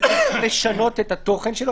אבל אי-אפשר לשנות את התוכן שלו.